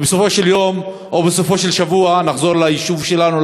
ובסופו של יום או בסופו של שבוע נחזור ליישוב שלנו,